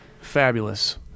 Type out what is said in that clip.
Fabulous